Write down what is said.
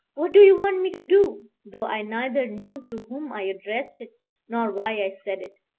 what do you want me to do? though i neither knew to whom i addressed it nor why i said it.